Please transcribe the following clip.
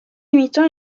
imitant